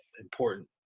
important